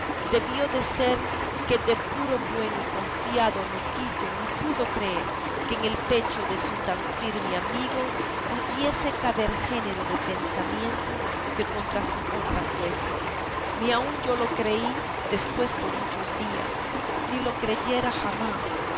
debió de ser que de puro bueno y confiado no quiso ni pudo creer que en el pecho de su tan firme amigo pudiese caber género de pensamiento que contra su honra fuese ni aun yo lo creí después por muchos días ni lo creyera jamás